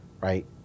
Right